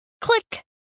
Click